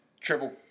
triple